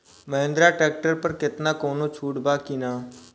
Mahindra tractor पर केतना कौनो छूट बा कि ना?